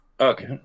Okay